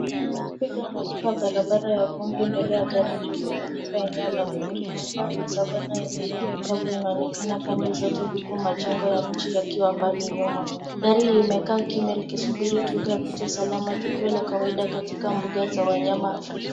Twiga anavuka barabara ya vumbi mbele ya gari jeupe katika eneo la pori. Mandhari ya savannah yenye nyasi kavu inaonekana pande zote huku majengo ya mji yakiwa mbali nyuma. Gari limekaa kimya likisubiri twiga apite salama, tukio la kawaida katika mbuga za wanyama Afrika.